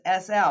SL